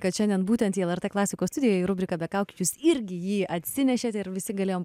kad šiandien būtent į lrt klasikos studijoj ir rubrikoj be kaukių jūs irgi jį atsinešėte ir visi galėjom